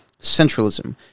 centralism